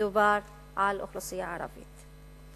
מדובר על אוכלוסייה ערבית.